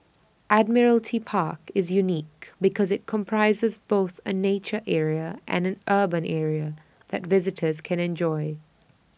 Admiralty Park is unique because IT comprises both A nature area and an urban area that visitors can enjoy